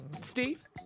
Steve